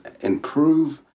improve